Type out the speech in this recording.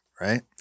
right